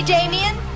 Damien